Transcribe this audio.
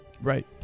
Right